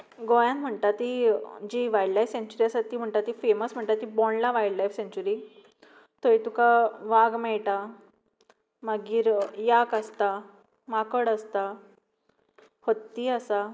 गोंयांत म्हणटात ती जी वायलड लायफ सॅंक्चुरी आसा ती म्हणटा ती फॅमस म्हणटा ती बोंडला वायलड लायफ सॅंक्चुरी थंय तुका वाग मेळटा मागीर याक आसता माकड आसता हत्ती आसा